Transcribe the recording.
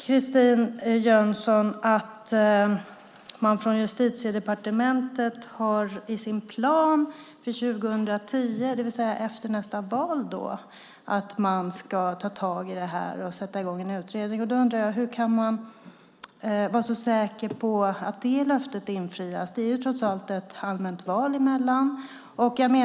Christine Jönsson säger att Justitiedepartementet har i sin plan för 2010, det vill säga efter nästa val, att ta tag i detta och sätta i gång en utredning. Hur kan man vara så säker på att det löftet infrias? Det är trots allt ett allmänt val emellan.